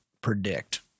predict